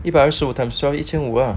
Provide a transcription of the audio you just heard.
一百二十五 time twelve 一千五 ah